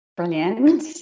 Brilliant